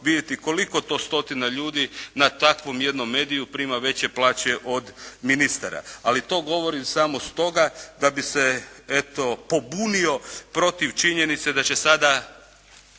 vidjeti koliko to stotina ljudi na takvom jednom mediju prima veće plaće od ministara. Ali to govorim samo stoga da bih se eto pobunio protiv činjenice da će sada